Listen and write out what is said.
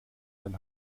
dann